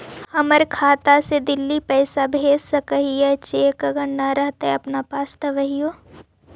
हमर खाता से दिल्ली पैसा भेज सकै छियै चेक अगर नय रहतै अपना पास अभियोग?